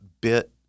bit